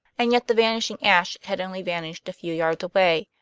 and yet the vanishing ashe had only vanished a few yards away,